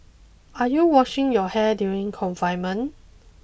are you washing your hair during confinement